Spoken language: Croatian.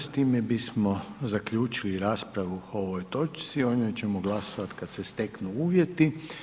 S time bismo zaključili raspravu o ovoj točci, o njoj ćemo glasovati kad se steknu uvjeti.